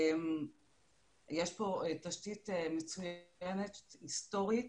יש פה תשתית מצוינת היסטורית,